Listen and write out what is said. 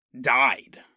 died